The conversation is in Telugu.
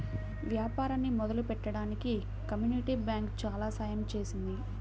వ్యాపారాన్ని మొదలుపెట్టడానికి కమ్యూనిటీ బ్యాంకు చాలా సహాయం చేసింది